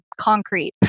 concrete